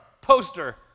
Poster